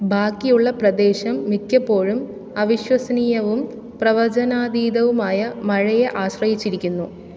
ബാക്കിയുള്ള പ്രദേശം മിക്കപ്പോഴും അവിശ്വസനീയവും പ്രവചനാതീതവുമായ മഴയെ ആശ്രയിച്ചിരിക്കുന്നു